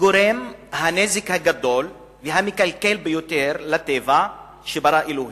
כגורם הנזק הגדול והמקלקל ביותר לטבע שברא אלוהים,